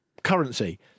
currency